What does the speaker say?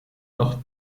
noch